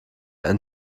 einen